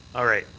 all right.